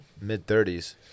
mid-30s